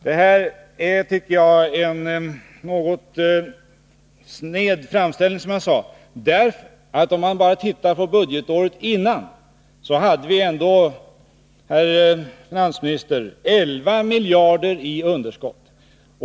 Det här är en något sned framställning. Ser man exempelvis på budgetåret innan han lämnade finner man att vi då, herr finansminister, hade 11 miljarder i underskott.